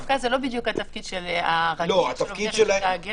דווקא זה לא בדיוק התפקיד הרגיל של האוכלוסין וההגירה.